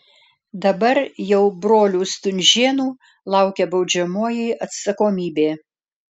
dabar jau brolių stunžėnų laukia baudžiamoji atsakomybė